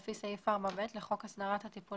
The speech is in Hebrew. הנושא על הפרק הוא הצעת צו הסדרת הטיפול